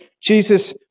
Jesus